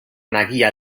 nagia